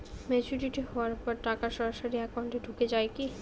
Maturity হওয়ার পর টাকা সরাসরি একাউন্ট এ ঢুকে য়ায় কি?